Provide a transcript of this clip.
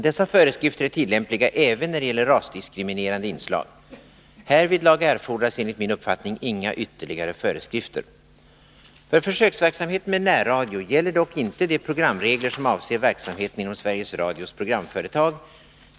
Dessa föreskrifter är tillämpliga även när det gäller rasdiskriminerande inslag. Härvidlag erfordras enligt min uppfattning inga ytterligare föreskrifter. För försöksverksamheten med närradio gäller dock inte de programregler som avser verksamheten inom Sveriges Radios programföretag.